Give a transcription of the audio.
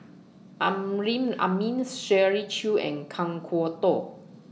Amrin Amin Shirley Chew and Kan Kwok Toh